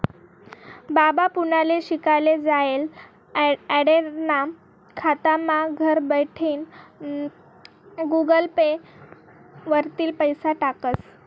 बाबा पुनाले शिकाले जायेल आंडेरना खातामा घरबठीन गुगल पे वरतीन पैसा टाकस